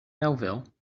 melville